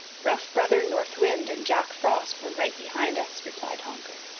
rough brother north wind and jack frost were right behind us, replied honker.